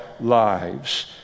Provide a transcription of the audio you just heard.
lives